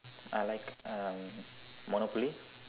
I like uh Monopoly